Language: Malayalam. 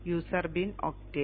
user bin Octave